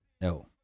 No